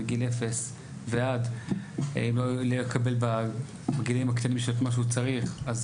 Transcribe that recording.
מגיל אפס ועד גילים הקטנים את מה שהוא צריך, אז